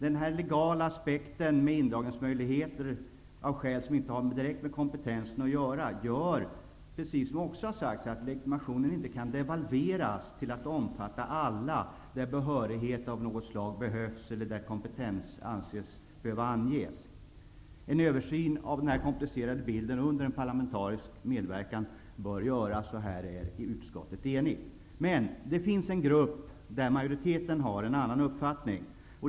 Den legala aspekten på indragningsmöjligheter av skäl som inte direkt har att göra med kompetensen bidrar, som också har sagts här, till att legitimationen inte kan devalveras till att omfatta alla på områden där behörighet av något slag behövs eller där man anser att kompetens behöver anges. En översyn av den här komplicerade frågan bör göras under parlamentarisk medverkan, och här är utskottet enigt. Men det finns en grupp om vilken majoriteten här har en annan uppfattning.